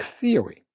theory